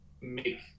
make